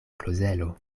klozelo